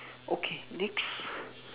okay next